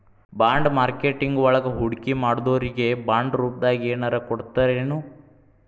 Bond marketing ವಳಗ ಹೂಡ್ಕಿಮಾಡ್ದೊರಿಗೆ ಬಾಂಡ್ರೂಪ್ದಾಗೆನರ ಕೊಡ್ತರೆನು?